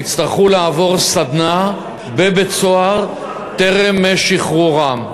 יצטרכו לעבור סדנה בבית-הסוהר טרם שחרורם.